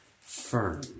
firm